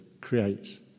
creates